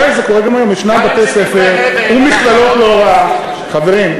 ישנם בתי-ספר ומכללות להוראה,